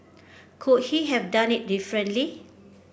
could he have done it differently